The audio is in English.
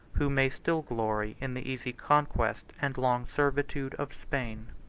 who may still glory in the easy conquest and long servitude of spain.